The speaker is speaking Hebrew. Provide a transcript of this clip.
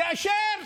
כאשר